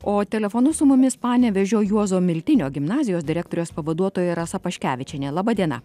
o telefonu su mumis panevėžio juozo miltinio gimnazijos direktorės pavaduotoja rasa paškevičienė laba diena